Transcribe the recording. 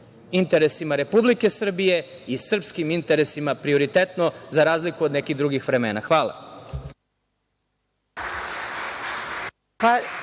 interesima Republike Srbije i srpskim interesima prioritetno, za razliku od nekih drugih vremena. Hvala.